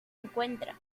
encuentra